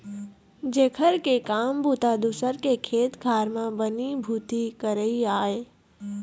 जेखर के काम बूता दूसर के खेत खार म बनी भूथी करई आय